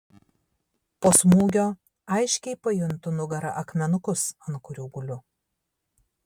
po smūgio aiškiai pajuntu nugara akmenukus ant kurių guliu